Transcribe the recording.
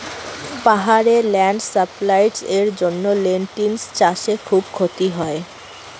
পাহাড়ে ল্যান্ডস্লাইডস্ এর জন্য লেনটিল্স চাষে খুব ক্ষতি হয়